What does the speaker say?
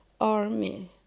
army